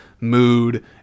mood